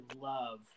love